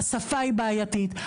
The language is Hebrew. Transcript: השפה היא בעייתית,